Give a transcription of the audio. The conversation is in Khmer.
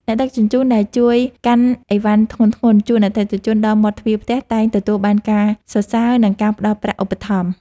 អ្នកដឹកជញ្ជូនដែលជួយកាន់អីវ៉ាន់ធ្ងន់ៗជូនអតិថិជនដល់មាត់ទ្វារផ្ទះតែងទទួលបានការសរសើរ និងការផ្ដល់ប្រាក់ឧបត្ថម្ភ។